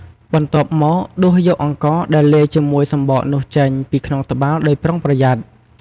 បន្ទាប់មក ដួសយកអង្ករដែលលាយជាមួយសម្បកនោះចេញពីក្នុងត្បាល់ដោយប្រុងប្រយ័ត្ន។